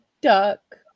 duck